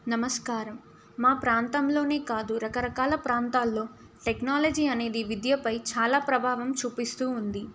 నమస్కారం మా ప్రాంతంలోనే కాదు రకరకాల ప్రాంతాల్లో టెక్నాలజీ అనేది విద్యపై చాలా ప్రభావం చూపిస్తూ ఉంది